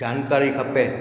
जानकारी खपे